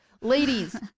Ladies